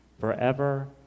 forever